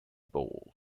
bowls